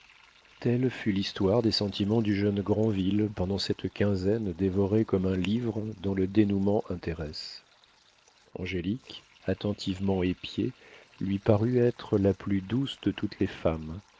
telle fut l'histoire des sentiments du jeune granville pendant cette quinzaine dévorée comme un livre dont le dénouement intéresse angélique attentivement épiée lui parut être la plus douce de toutes les femmes